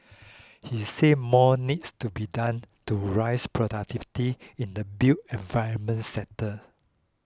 he said more needs to be done to raise productivity in the built environment sector